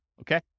Okay